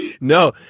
no